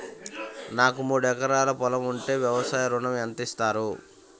నాకు మూడు ఎకరాలు పొలం ఉంటే వ్యవసాయ ఋణం ఎంత ఇస్తారు?